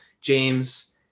James